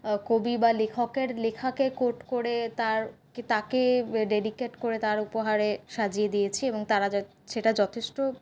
কবি বা লেখকের লেখাকে কোট করে তার তাকে ডেডিকেট করে তার উপহারে সাজিয়ে দিয়েছি এবং তারা য সেটা যথেষ্ট